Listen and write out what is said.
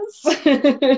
yes